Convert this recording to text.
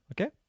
okay